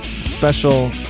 special